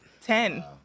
ten